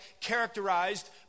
characterized